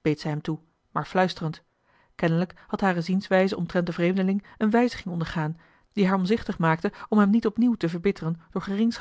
beet zij hem toe maar fluisterend kennelijk had hare zienswijze omtrent den vreemdeling eene wijziging ondergaan die haar omzichtig maakte om hem niet opnieuw te verbitteren door